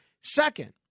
Second